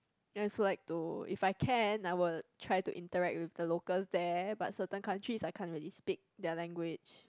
I also like to if I can I will try to interact with the locals there but certain countries I can't really speak their language